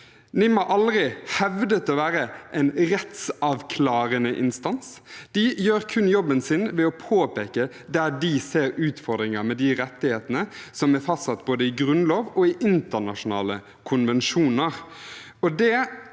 NIM har aldri hevdet å være en rettsavklarende instans, de gjør kun jobben sin ved å påpeke der de ser utfordringer med de rettighetene som er fastsatt både i grunnlov og i internasjonale konvensjoner.